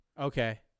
okay